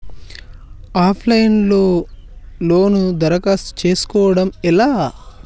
Of line లో లోను దరఖాస్తు చేసుకోవడం ఎలా?